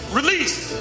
release